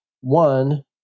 One